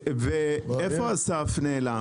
איפה אסף נעלם?